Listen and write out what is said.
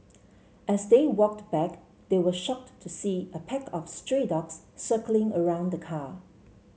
as they walked back they were shocked to see a pack of stray dogs circling around the car